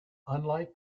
unlike